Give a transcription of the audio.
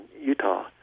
utah